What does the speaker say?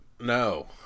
no